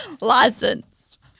Licensed